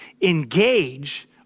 engage